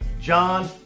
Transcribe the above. John